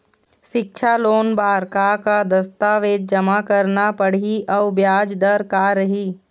सिक्छा लोन बार का का दस्तावेज जमा करना पढ़ही अउ ब्याज दर का रही?